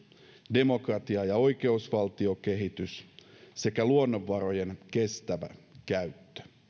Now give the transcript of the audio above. demokratia ja oikeusvaltiokehitys sekä luonnonvarojen kestävä käyttö